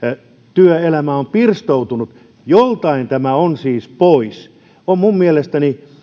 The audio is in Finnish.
työelämä on pirstoutunut joltain tämä on siis pois minun mielestäni on